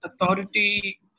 authority